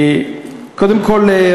קודם כול,